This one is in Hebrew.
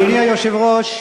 ברור.